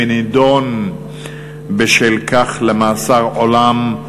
ונידון בשל כך למאסר עולם,